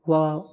wow